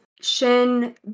Shin